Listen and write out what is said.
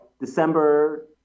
December